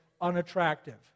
unattractive